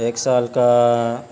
ایک سال کا